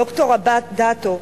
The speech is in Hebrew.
ד"ר אדטו,